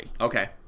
Okay